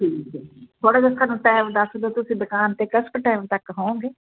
ਠੀਕ ਆ ਥੋੜ੍ਹਾ ਜਿਹਾ ਸਾਨੂੰ ਟੈਮ ਦੱਸ ਦਿਓ ਤੁਸੀਂ ਦੁਕਾਨ 'ਤੇ ਕਿਸ ਕੁ ਟਾਈਮ ਤੱਕ ਹੋਓਂਗੇ